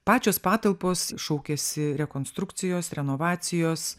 pačios patalpos šaukiasi rekonstrukcijos renovacijos